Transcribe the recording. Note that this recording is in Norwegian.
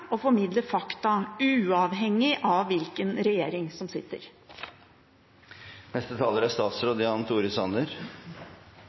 fakta, uavhengig av hvilken regjering som